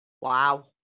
Wow